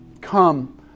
Come